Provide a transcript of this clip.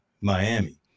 Miami